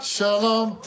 Shalom